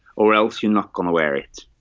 or else you're not gonna wear it.